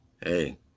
Hey